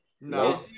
No